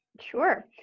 Sure